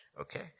Okay